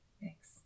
Thanks